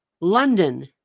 London